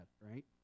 right